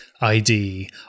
ID